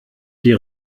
die